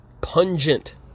Pungent